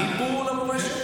אני בור במורשת?